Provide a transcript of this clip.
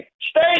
Stay